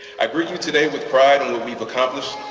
i bring you today with pride in what we've accomplished,